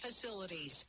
facilities